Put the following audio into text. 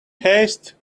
haste